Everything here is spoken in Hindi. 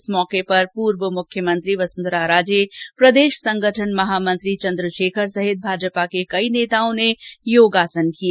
इस अवसर पर पूर्व मुख्यमंत्री वसुंधरा राजे प्रदेश संगठन महामंत्री चंद्रशेखर सहित भाजपा के कई नेताओं ने योगासन किए